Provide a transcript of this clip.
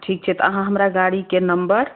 ठीक छै त अहाँ हमरा गाड़ी के नम्बर